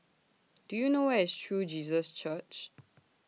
Do YOU know Where IS True Jesus Church